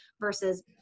versus